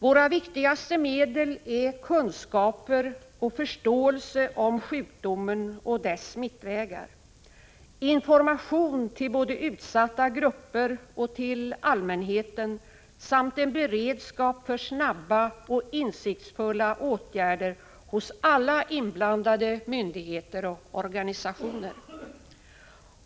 Våra viktigaste medel är kunskap och förståelse om sjukdomen och dess smittvägar, information till både utsatta grupper och allmänheten samt en beredskap för snabba och insiktsfulla åtgärder hos alla inblandade myndigheter och organisationer.